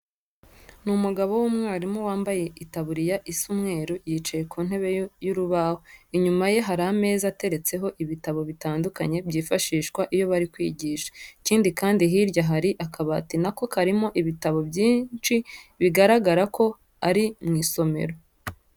Ni umugabo w'umwarimu wambaye itaburiya isa umweru, yicaye ku ntebe y'urubaho. Inyuma ye hari ameza ateretseho ibitabo bitandukanye byifashishwa iyo bari kwigisha. Ikindi kandi, hirya hari akabati na ko karimo ibitabo byinshi, bigaragara ko ari mu isomero.